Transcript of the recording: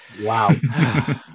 Wow